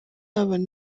abantu